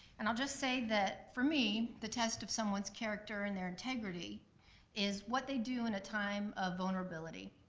and i'll just say that for me, the test of someone's character and their integrity is what they do in a time of vulnerability,